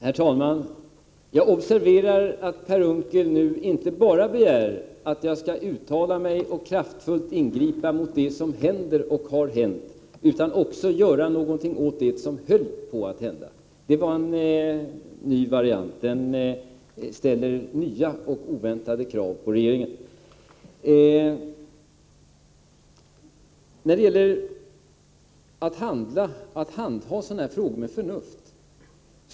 Herr talman! Jag observerar att Per Unckel nu inte bara begär att jag skall uttala mig om och kraftfullt ingripa mot det som händer och har hänt, utan också göra någonting åt det som höll på att hända. Det var en ny variant. Den ställer nya och oväntade krav på regeringen. Vi delar uppfattningen att man skall handha sådana här frågor med förnuft.